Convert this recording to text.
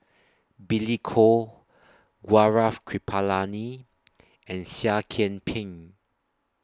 Billy Koh Gaurav Kripalani and Seah Kian Peng